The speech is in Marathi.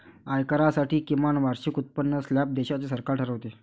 आयकरासाठी किमान वार्षिक उत्पन्न स्लॅब देशाचे सरकार ठरवते